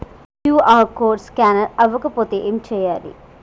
QR code scanner అవ్వకపోతే ఏం చేయాలి?